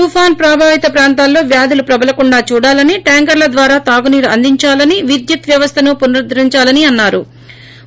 తుఫాన్ ప్రభావిత ప్రాంతాల్లో వ్యాధులు ప్రబలకుండా చూడాలని టాంకర్ల ద్వారా తాగునీరు అందించాలని విద్యుత్ వ్యవస్లను పునరుద్దరించాలని అన్నా రు